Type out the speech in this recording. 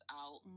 out